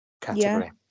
category